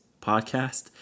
podcast